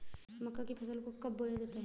मक्का की फसल को कब बोया जाता है?